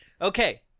Okay